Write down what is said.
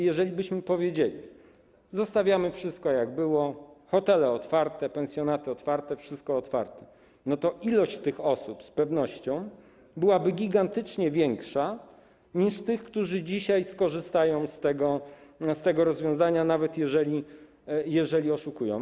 Jeżelibyśmy powiedzieli: zostawiamy wszystko tak, jak było, hotele otwarte, pensjonaty otwarte, wszystko otwarte, to liczba tych osób z pewnością byłaby gigantycznie większa niż tych, które dzisiaj skorzystają z tego rozwiązania, nawet jeśli oszukują.